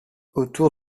autour